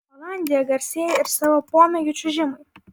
olandija garsėja ir savo pomėgiu čiuožimui